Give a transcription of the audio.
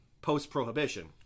post-Prohibition